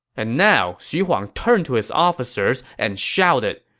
and now, xu huang turned to his officers and shouted,